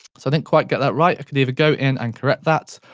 so i didn't quite get that right. i can either go in and correct that,